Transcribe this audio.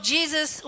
Jesus